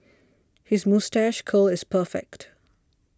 his moustache curl is perfect